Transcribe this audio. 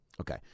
Okay